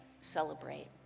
celebrate